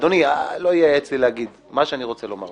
--- אדוני לא ייעץ לי להגיד מה שאני רוצה לומר,